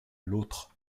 l’autre